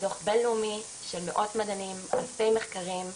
דו"ח בינלאומי, של מאות מדענים, אלפי מחקרים,